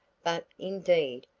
but indeed,